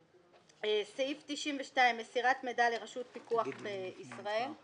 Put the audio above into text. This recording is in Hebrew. סעיף 92, מסירת מידע לרשות פיקוח בישראל.